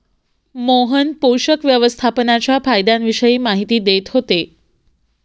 मोहन पोषक व्यवस्थापनाच्या फायद्यांविषयी माहिती देत होते